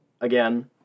again